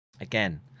Again